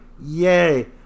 yay